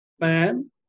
Man